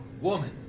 woman